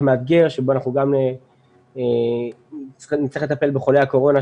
מאתגר שבו אנחנו נצטרך לטפל בחולי הקורונה,